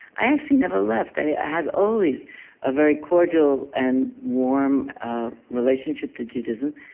i actually never left. i had always a very cordial and warm relationship to judaism.